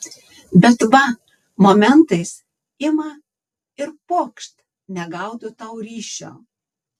bet va momentais ima ir pokšt negaudo tau ryšio